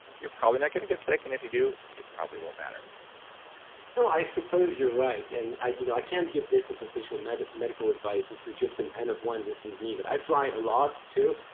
you're probably not going to and get sick, and if you do, it probably won't matter no, i suppose you're right. and i you know i can't give this as official medical medical advice, this is just an n of one, this is me but i fly a lot too,